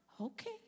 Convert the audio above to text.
Okay